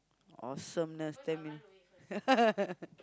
awesomeness ten million